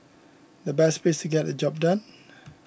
the best place to get the job done